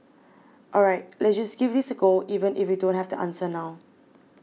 all right let's just give this a go even if we don't have the answer now